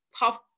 half